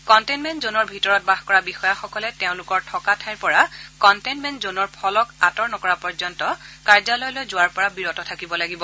containment জনৰ ভিতৰত বাস কৰা বিষয়াসকলে তেওঁলোকৰ থকা ঠাইৰ পৰা কনটেইনমেণ্ট জ'নৰ ফলক আতৰ নকৰা পৰ্যন্ত কাৰ্যালয়লৈ যোৱাৰ পৰা বিৰত থাকিব লাগিব